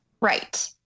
Right